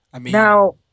Now